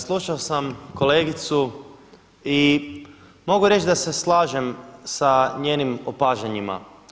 Slušao sam kolegicu i mogu reći da se slažem sa njenim opažanjima.